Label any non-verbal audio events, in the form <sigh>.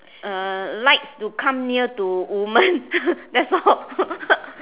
uh likes to come near to women <laughs> that's all